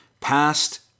past